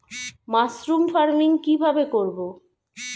Mushroom farming কি ভাবে করব?